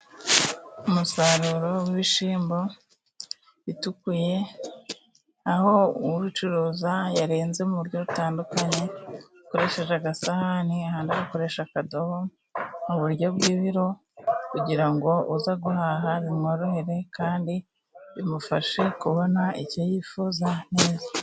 Umusaruro w'ishyimbo bitukuye aho ubicuruza yarenze mu buryo butandukanye akoresheje agasahani ahandi agakoresha akadobo mu buryo bw'ibiro, kugira ngo uza guhaha bimworohere kandi bimufashe kubona icyo yifuza neza.